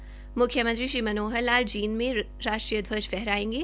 म्ख्यमंत्री श्री मनोहर लाल जींद में राष्ट्रीय ध्वज फहराएंगे